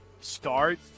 start